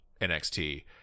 NXT